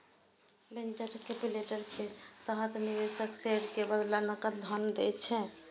venture capital के तहत निवेशक शेयर के बदला नकद धन दै छै